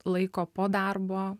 laiko po darbo